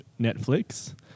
Netflix